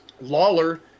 Lawler